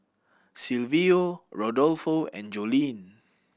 Silvio Rodolfo and Joline